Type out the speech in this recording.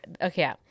Okay